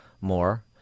More